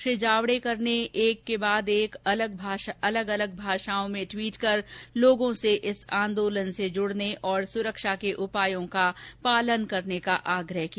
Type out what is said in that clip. श्री जावडेकर ने एक के बाद एक अलग अलग भाषाओं में ट्वीट कर लोगों से इस आंदोलन से जुडने और सुरक्षा के उपायों का पालन करने का आग्रह किया